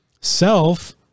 Self